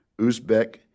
Uzbek